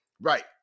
Right